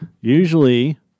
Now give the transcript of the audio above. Usually